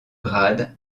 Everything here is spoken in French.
grade